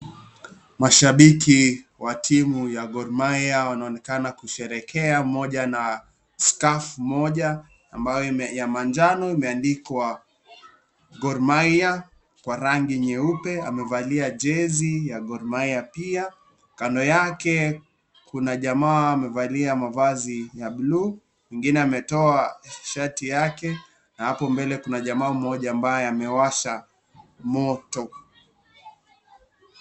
Mashabiki wa timu ya Gor mahia mmoja ana scarf moja ambayo ya manjano imeandikwa Gor Mahia kwa rangi nyeupe amevalia jezi ya Gor mahia pia , kando yake kuna jamaa amevalia mavazi ya bluu mwingine ametoa shati yake na hapo mbele kuna jamaa mmoja ambaye amewasha moto.